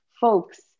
folks